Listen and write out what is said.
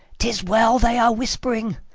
tis well they are whispering.